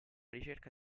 ricerca